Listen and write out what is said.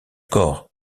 corps